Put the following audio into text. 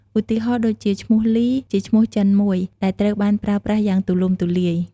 ឧទាហរណ៍ដូចជា ឈ្មោះលី ជាឈ្នោះចិនមួយ ដែលត្រូវបានប្រើប្រាស់យ៉ាងទូលំទូលាយ។